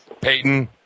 Peyton